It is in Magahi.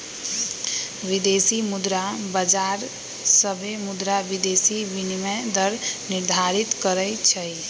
विदेशी मुद्रा बाजार सभे मुद्रा विदेशी विनिमय दर निर्धारित करई छई